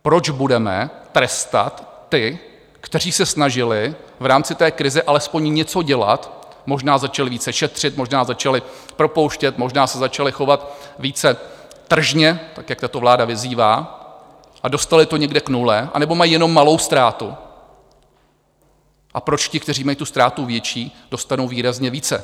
Proč budeme trestat ty, kteří se snažili v rámci krize alespoň něco dělat, možná začali více šetřit, možná začali propouštět, možná se začali chovat více tržně, tak jak tato vláda vyzývá, a dostali to někde k nule anebo mají jenom malou ztrátu, a proč ti, kteří mají tu ztrátu větší, dostanou výrazně více?